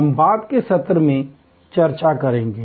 हम बाद के सत्र में चर्चा करेंगे